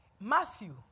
Matthew